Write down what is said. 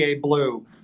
Blue